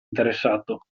interessato